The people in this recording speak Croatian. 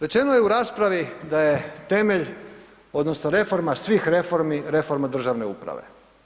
Rečeno je u raspravi, da je temelj odnosno, reforma, svih reformi, reforma državne uprave.